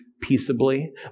peaceably